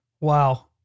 Wow